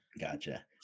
Gotcha